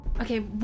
Okay